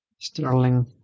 Sterling